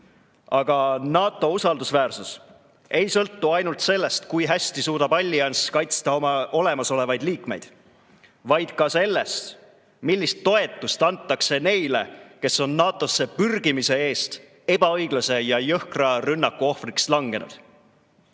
Aga NATO usaldusväärsus ei sõltu ainult sellest, kui hästi suudab allianss kaitsta oma olemasolevaid liikmeid, vaid ka sellest, millist toetust antakse neile, kes on NATO-sse pürgimise eest ebaõiglase ja jõhkra rünnaku ohvriks langenud.